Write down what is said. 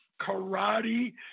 karate